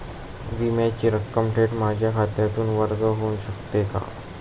विम्याची रक्कम थेट माझ्या खात्यातून वर्ग होऊ शकते का?